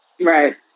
Right